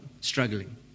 struggling